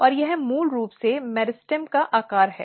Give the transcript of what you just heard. और यह मूल रूप से मेरिस्टेम का आकार है